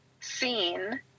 seen